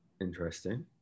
Interesting